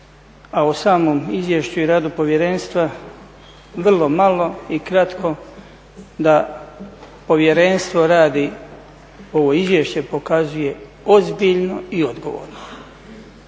a o samom izvješću i radu povjerenstva vrlo malo i kratko, da povjerenstvo radi ovo izvješće pokazuje ozbiljno i odgovorno,